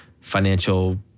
financial